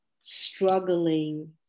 struggling